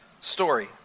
story